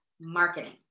marketing